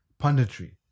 punditry